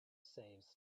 saves